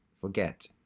forget